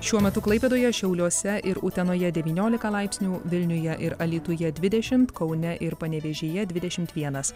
šiuo metu klaipėdoje šiauliuose ir utenoje devyniolika laipsnių vilniuje ir alytuje dvidešimt kaune ir panevėžyje dvidešimt vienas